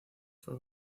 fue